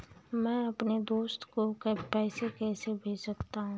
मैं अपने दोस्त को पैसे कैसे भेज सकता हूँ?